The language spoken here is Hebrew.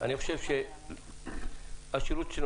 אני רק מחדד שזה לא רק חשש תאורטי אלא שיש לרשות להגנת